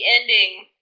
ending